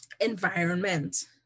environment